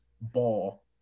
ball